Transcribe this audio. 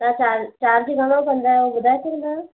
त charge charge घणो कंदा आहियो ॿुधाए सघंदा आहियो